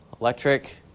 Electric